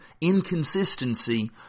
inconsistency